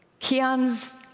Kian's